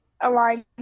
align